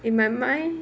in my mind